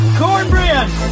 cornbread